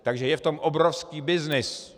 Takže je v tom obrovský byznys.